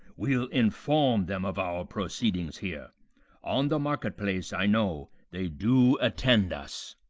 we'll inform them of our proceedings here on the market-place i know they do attend us.